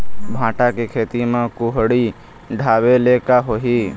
भांटा के खेती म कुहड़ी ढाबे ले का होही?